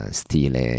stile